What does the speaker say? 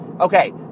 Okay